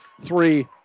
three